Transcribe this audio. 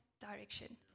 direction